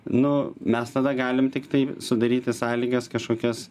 nu mes tada galim tiktai sudaryti sąlygas kažkokias